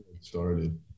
started